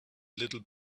little